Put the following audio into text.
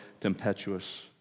tempestuous